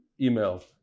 email